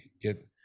get